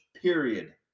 period